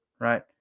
right